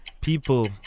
People